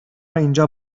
اینجا